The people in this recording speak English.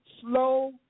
Slow